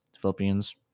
Philippians